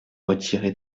retiré